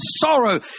sorrow